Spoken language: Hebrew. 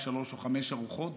שלוש או חמש ארוחות,